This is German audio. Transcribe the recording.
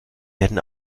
werden